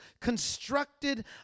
constructed